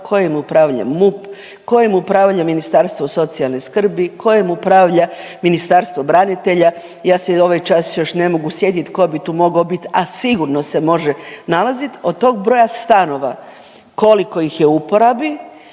kojim upravlja MUP, kojim upravlja Ministarstvo socijalne skrbi, kojim upravlja Ministarstvo branitelja. Ja se ovaj čas još ne mogu sjetiti tko bi tu mogao biti, a sigurno se može nalaziti od tog broja stanova koliko ih je u uporabi,